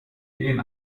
gehen